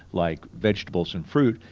like vegetables and fruit,